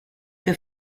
che